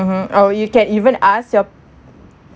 mmhmm oh you can even ask your